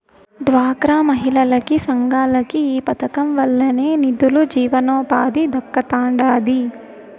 డ్వాక్రా మహిళలకి, సంఘాలకి ఈ పదకం వల్లనే నిదులు, జీవనోపాధి దక్కతండాడి